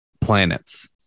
planets